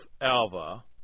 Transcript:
Alva